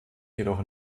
jedoch